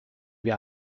wir